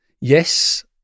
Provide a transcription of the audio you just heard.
Yes